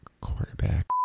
Quarterback